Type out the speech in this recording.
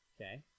okay